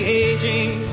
aging